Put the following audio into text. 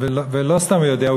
ולא סתם הוא יודע,